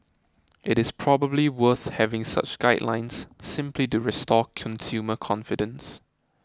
it is probably worth having such guidelines simply to restore consumer confidence